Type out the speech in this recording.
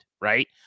right